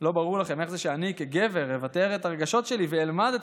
לא ברור לכם איך זה שאני כגבר אבטא את הרגשות שלי ואלמד את